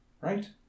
Right